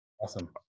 Awesome